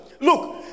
Look